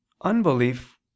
unbelief